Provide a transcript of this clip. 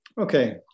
Okay